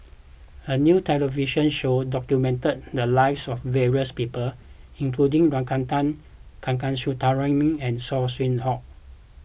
a new television show documented the lives of various people including Ragunathar Kanagasuntheram and Saw Swee Hock